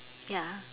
ya